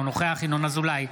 אינו נוכח ינון אזולאי,